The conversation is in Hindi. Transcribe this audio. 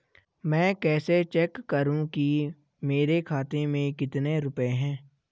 मैं कैसे चेक करूं कि मेरे खाते में कितने रुपए हैं?